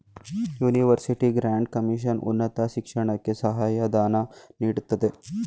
university grant commission ಉನ್ನತ ಶಿಕ್ಷಣಕ್ಕೆ ಸಹಾಯ ಧನ ನೀಡುತ್ತದೆ